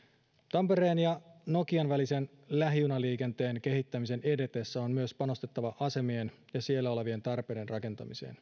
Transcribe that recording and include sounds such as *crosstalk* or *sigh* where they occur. tampereen ja nokian välisen lähijunaliikenteen kehittämisen edetessä on myös panostettava asemien ja siellä olevien tarpeiden rakentamiseen *unintelligible*